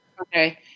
okay